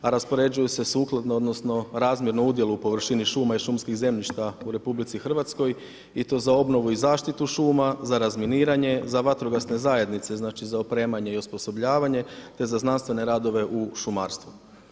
A raspoređuju se sukladno odnosno razmjerno udjelu površini šuma i šumskih zemljišta u RH i to za obnovu i zaštitu šuma, za razminiranje, za vatrogasne zajednice, znači za opremanje i osposobljavanje te za znanstvene radove u šumarstvu.